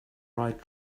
right